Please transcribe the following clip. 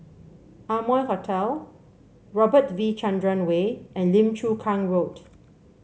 Amoy Hotel Robert V Chandran Way and Lim Chu Kang Road